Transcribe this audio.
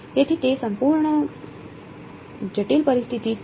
તેથી તે સંપૂર્ણપણે જટિલ પરિસ્થિતિ છે